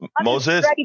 Moses